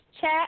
Chat